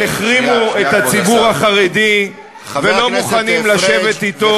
אבל החרימו את הציבור החרדי, מה למדנו מזה?